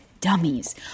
dummies